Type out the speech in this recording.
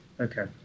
Okay